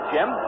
Jim